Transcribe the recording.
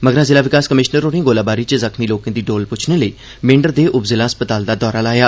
मगरा जिला विकास कमिशनर होरें गोलाबारी च जख्मीं लोकें दी डोल पुच्छने लेई मेंढर दे उपजिला अस्पताल दा दौरा लाया